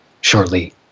shortly